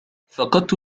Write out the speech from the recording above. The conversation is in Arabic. فقدت